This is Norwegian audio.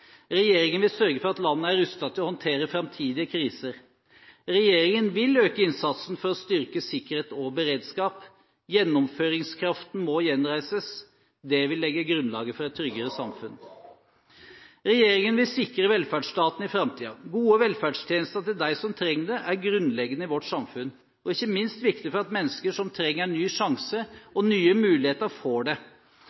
Regjeringen vil sørge for at landet er rustet til å håndtere framtidige kriser. Regjeringen vil øke innsatsen for å styrke sikkerhet og beredskap. Gjennomføringskraften må gjenreises. Det vil legge grunnlaget for et tryggere samfunn. Regjeringen vil sikre velferdsstaten i framtiden. Gode velferdstjenester til dem som trenger det, er grunnleggende i vårt samfunn og ikke minst viktig for at mennesker som trenger en ny sjanse